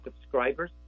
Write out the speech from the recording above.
subscribers